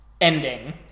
ending